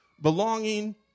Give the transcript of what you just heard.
belonging